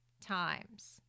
times